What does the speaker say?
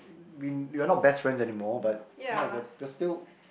mean we are not best friends anymore but ya we are we are still